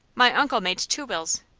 my uncle made two wills.